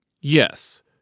Yes